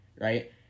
right